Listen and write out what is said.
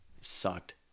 sucked